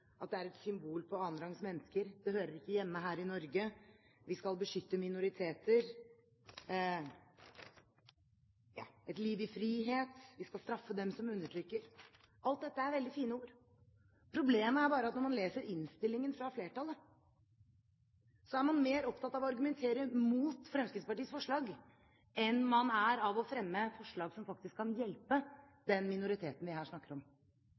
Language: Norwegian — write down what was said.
Det er et symbol på annenrangs mennesker. Det hører ikke hjemme her i Norge. Vi skal beskytte minoriteter. Et liv i frihet. Vi skal straffe dem som undertrykker. Alt dette er veldig fine ord. Problemet er bare at når man leser innstillingen fra flertallet, er man mer opptatt av å argumentere mot Fremskrittspartiets forslag enn av å fremme forslag som faktisk kan hjelpe den minoriteten vi her snakker om.